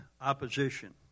Opposition